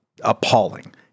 appalling